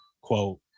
quote